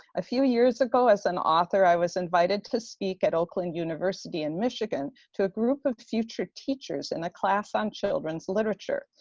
a few years ago, as an author, i was invited to speak at oakland university in michigan to a group of future teachers in a class on children's literature.